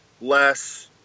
less